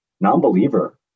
Non-believer